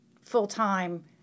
full-time